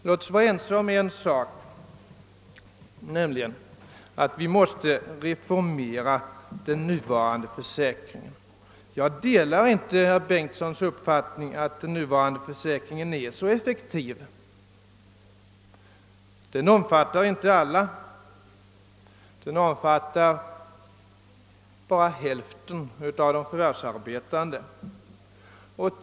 Låt oss vara ense om en sak: vi måste reformera den nuvarande försäkring 2n. Jag delar inte herr Bengtssons uppfattning att den är så effektiv. Den omfattar inte alla, utan bara hälften av de förvärvsarbetande.